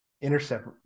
Intercept